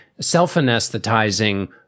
self-anesthetizing